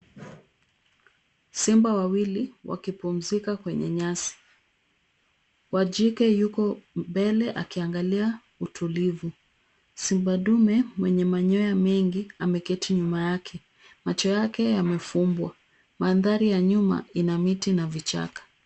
Simba wawili wakipumzika kwenye nyasi, wa jike yuko mbele akiangalia utulivu. Simba ndume mwenye manyoya mingi ameketi nyuma yake. Macho yake yamefumbwa. Mandhari ya nyuma ina miti na vichaka.